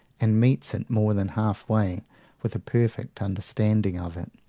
and meets it more than half-way with a perfect understanding of it.